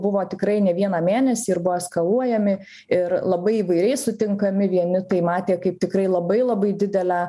buvo tikrai ne vieną mėnesį ir buvo eskaluojami ir labai įvairiai sutinkami vieni tai matė kaip tikrai labai labai didelę